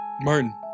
Martin